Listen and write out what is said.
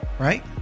Right